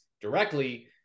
directly